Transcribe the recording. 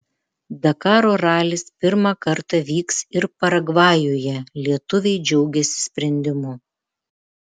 dakaro ralis pirmą kartą vyks ir paragvajuje lietuviai džiaugiasi sprendimu